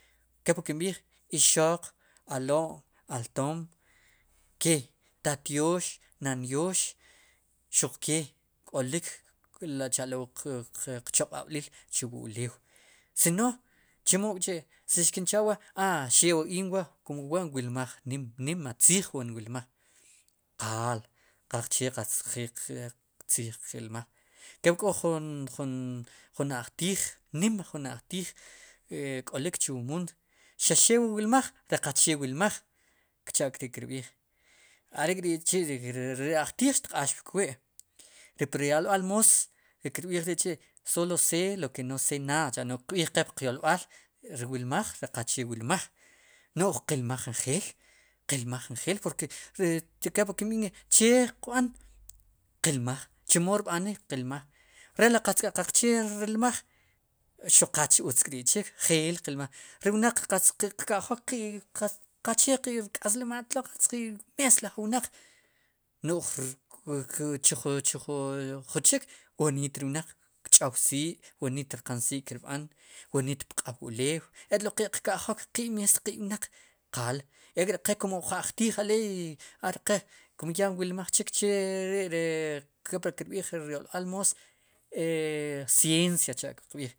Kep wu kinb'iij ixoq alo'm altom ke tata yoox nanyoox xuq kee k'olik cha'lo qchoq'ab'liil chu wu ulew sino chemo k'chi' xkincha'wa xeew wu in wa' kum wa inwilmaj nim nima tziij wa inwilmaj qaal qaqche qatz tziij qilmaj ker k'o jun ajtiij nim jun ajtiij e k'olik chu wu muut xaq xeew wa wilmaj ri qachee wilmaj kcha'kri' kir b'iij are'kri'chi'ri ajtiij xtq'aax pur wi' ri pri ryolb'al moos ri kirb'iij ri chi' solo ce lo que no se nada no'j qb'iij qe puq yolb'al ri wilmaj ri qache wilmaj no'j qilmaj njeel qilmaj injeel porke ri kopli kinb'iij ink'i che qb'an qilmaj chemo rb'anik qilmaj re li qatz qaqchee rilmaj xuq qa utz k'ri'chik njeel qilmaj ri wnaq qatz qka' qe' qka'jok qe' qachee qe'rk'aslimaal tlo qatz qi'mees laj wnaq no'j nor chu jun chik woniit re wnaq ktch'ow sii' woniit rqan sii'kirb'an woniit pq'aw ulew ek'wu qe'kka'jok qiib' mees qe wnaq qal ek'ri qe uj ajtiij aleey eri qee kum ya wilmaj chik che ri' ri kopli kirb'iij ri ryolb'al moos ciencia cha'kiqb'iij.